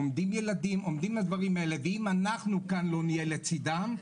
עומדים ילדים ואם אנחנו כאן לא נהיה לצידם,